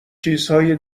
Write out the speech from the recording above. چیزهای